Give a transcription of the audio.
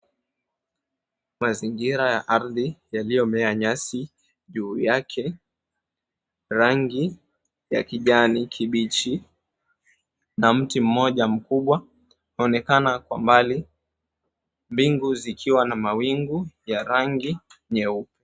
Mazingira ya ardhi yaliyomea nyasi juu yake rangi ya kijani kibichi na mti moja mkubwa unaonekana kwa mbali. Mbingu zikiwa na na rangi ya nyeupe.